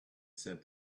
said